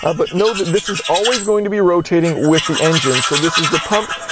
ah but know that this is always going to be rotating with the engine. so this is the pump,